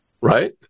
Right